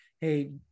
hey